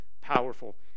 powerful